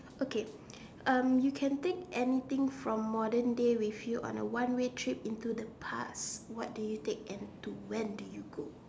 okay um you can take anything from modern day with you on a one way trip into the past what do you take and to when do you go